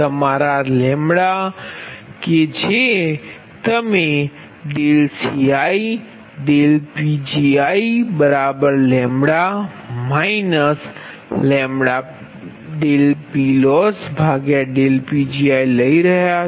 તમારા કે જે તમે CiPgiλ λPLossPgi લઇ રહ્યા છો